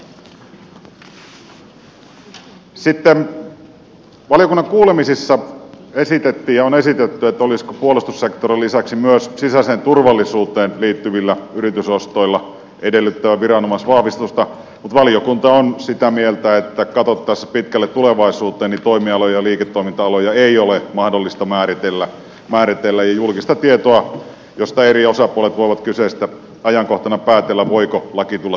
sitten valiokunnan kuulemisissa esitettiin ja on esitetty olisiko puolustussektorin lisäksi myös sisäiseen turvallisuuteen liittyviltä yritysostoilta edellytettävä viranomaisvahvistusta mutta valiokunta on sitä mieltä että katsottaessa pitkälle tulevaisuuteen toimialoja ja liiketoiminta aloja ei ole mahdollista määritellä ja saatavilla on julkista tietoa josta eri osapuolet voivat kyseisenä ajankohtana päätellä voiko laki tulla sovellettavaksi